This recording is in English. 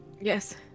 Yes